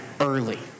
early